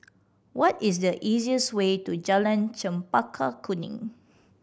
what is the easiest way to Jalan Chempaka Kuning